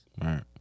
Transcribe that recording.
right